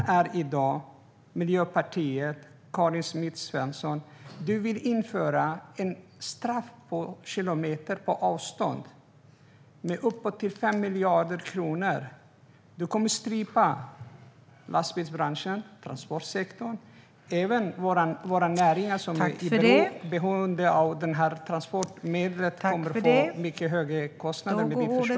Miljöpartiet och Karin Svensson Smith vill införa en straffskatt på kilometer och avstånd med upp till 5 miljarder kronor. Ditt förslag leder till mycket högre kostnader, och det kommer att strypa lastbilsbranschen, transportsektorn och även de näringar som är beroende av transporter.